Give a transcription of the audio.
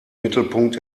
mittelpunkt